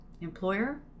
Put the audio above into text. employer